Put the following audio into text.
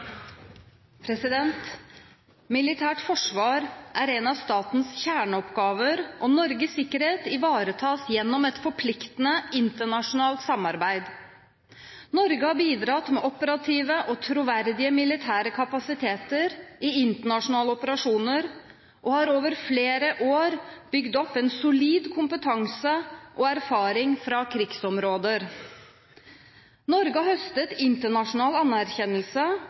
Militært forsvar er en av statens kjerneoppgaver, og Norges sikkerhet ivaretas gjennom et forpliktende internasjonalt samarbeid. Norge har bidratt med operative og troverdige militære kapasiteter i internasjonale operasjoner og har over flere år bygd opp en solid kompetanse og erfaring fra krigsområder. Norge har høstet internasjonal anerkjennelse